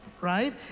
right